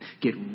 Get